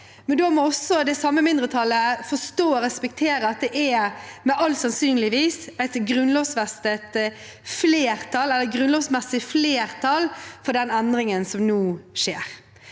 men da må også det samme mindretallet forstå og respektere at det med all sannsynlighet er et grunnlovsmessig flertall for den endringen som nå skjer.